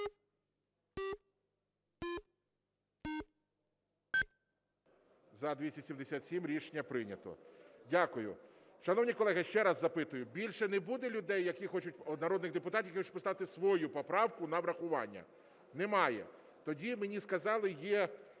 За-277 Рішення прийнято. Дякую. Шановні колеги, ще раз запитую, більше не буде народних депутатів, які хочуть поставити свою поправку на врахування? Немає. Тоді, мені сказали, є